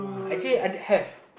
actually I'd have